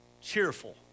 cheerful